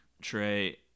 Trey